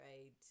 right